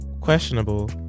Questionable